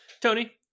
Tony